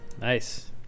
Nice